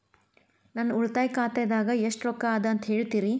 ನನ್ನ ಉಳಿತಾಯ ಖಾತಾದಾಗ ಎಷ್ಟ ರೊಕ್ಕ ಅದ ಅಂತ ಹೇಳ್ತೇರಿ?